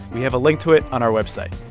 we have a link to it on our website.